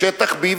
ושטח B,